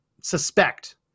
suspect